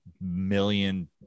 million